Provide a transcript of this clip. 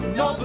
no